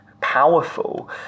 powerful